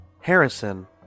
Harrison